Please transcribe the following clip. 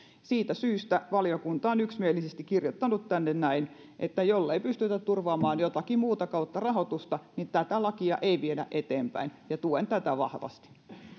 siitä syystä valiokunta on yksimielisesti kirjoittanut tänne näin että jollei pystytä turvaamaan jotakin muuta kautta rahoitusta niin tätä lakia ei viedä eteenpäin tuen tätä vahvasti